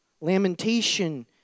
lamentation